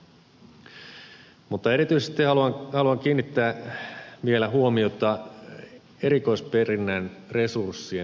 mutta erityisesti haluan kiinnittää vielä huomiota erikoisperinnän resurssien vahvistamiseen